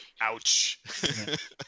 Ouch